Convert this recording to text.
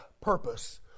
purpose